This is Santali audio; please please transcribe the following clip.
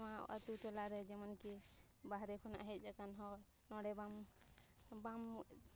ᱱᱚᱣᱟ ᱟᱛᱳ ᱴᱚᱞᱟ ᱨᱮ ᱡᱮᱢᱚᱱ ᱠᱤ ᱵᱟᱦᱨᱮ ᱠᱷᱚᱱᱟᱜ ᱦᱮᱡ ᱟᱠᱟᱱ ᱦᱚᱲ ᱱᱚᱰᱮ ᱵᱟᱢ ᱵᱟᱢ